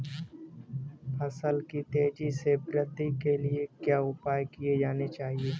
फसलों की तेज़ी से वृद्धि के लिए क्या उपाय किए जाने चाहिए?